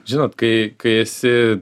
žinot kai kai esi